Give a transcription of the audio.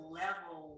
level